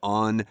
on